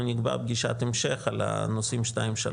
אנחנו נקבע פגישת המשך על נושאים 2 ו-3.